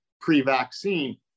pre-vaccine